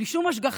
בלי שום השגחה